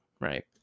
Right